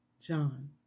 John